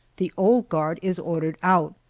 the old guard is ordered out,